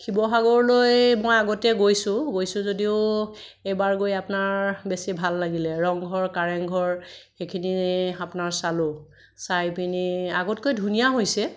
শিৱসাগৰলৈ মই আগতে গৈছোঁ গৈছোঁ যদিও এইবাৰ গৈ আপোনাৰ বেছি ভাল লাগিলে ৰংঘৰ কাৰেংঘৰ সেইখিনি আপোনাৰ চালোঁ চাই পিনি আগতকৈ ধুনীয়া হৈছে